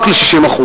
רק ל-60%.